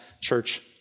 church